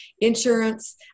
insurance